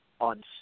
on